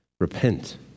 Repent